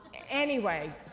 anyway